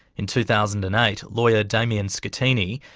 in two thousand and eight, lawyer damian scattini,